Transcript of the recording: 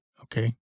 Okay